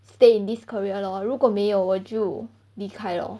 stay in this career lor 如果没有我就离开 lor